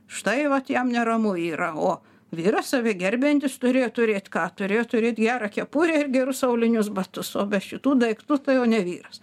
štai vat jam neramu yra o vyras save gerbiantis turėjo turėt ką turėjo turėt gerą kepurę ir gerus aulinius batus o be šitų daiktų tai jau ne vyras